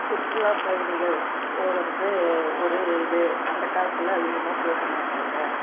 சுற்றுல்லாப் பயணிகள் போகிறது ஒரு இது அந்த காலத்தில் அதிகமாக போகமாட்டாங்க